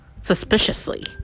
suspiciously